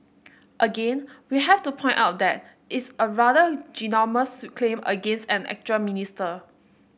again we have to point out that it's a rather ginormous claim against an actual minister